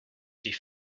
die